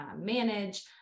manage